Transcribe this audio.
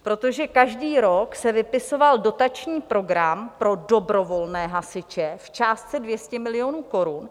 Protože každý rok se vypisoval dotační program pro dobrovolné hasiče v částce 200 milionů korun.